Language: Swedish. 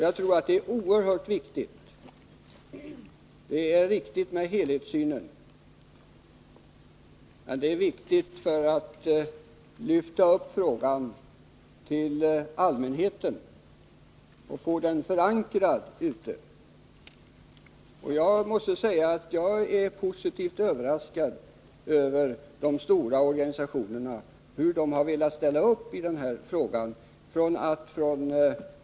Jag tror att det är oerhört viktigt med en helhetssyn, och det är viktigt att man lyfter upp frågan, så att den förankras bland allmänheten. Jag är positivt överraskad över de stora organisationernas beredvillighet att ställa upp när det gäller den här frågan.